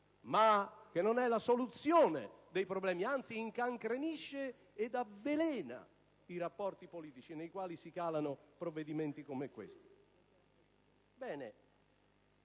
-ma non è la soluzione dei problemi, anzi incancrenisce ed avvelena i rapporti politici nei quali si calano provvedimenti come questo.